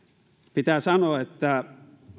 pitää sanoa että